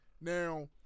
Now